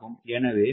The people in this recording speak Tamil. எனவே 10